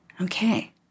Okay